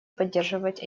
поддерживать